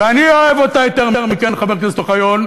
ואני אוהב אותה יותר מכם, חבר הכנסת אוחיון,